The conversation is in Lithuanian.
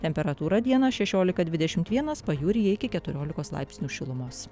temperatūra dieną šešiolika dvidešimt vienas pajūryje iki keturiolikos laipsnių šilumos